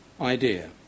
idea